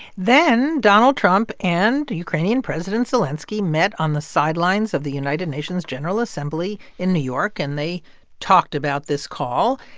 then donald trump and ukrainian president zelenskiy met on the sidelines of the united nations general assembly in new york and they talked about this call.